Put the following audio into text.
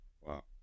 Wow